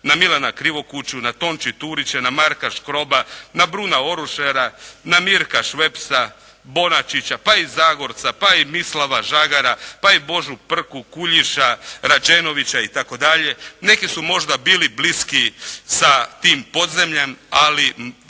na Milana Krivokuću, na Tonči Turića, na Marka Škroba, na Bruna Orušara, na Mirka Švepsa, Bonačića pa i Zagorca, pa i Mislava Žagara, pa i Božu Prku, Kuljiša, Rađenovića itd. Neki su možda bili bliski sa tim podzemljem, ali